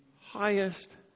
highest